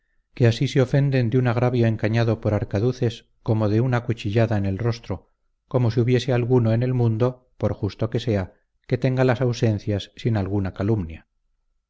que así se ofenden de un agravio encañado por arcaduces como de una cuchillada en el rostro como si hubiese alguno en el mundo por justo que sea que tenga las ausencias sin alguna calumnia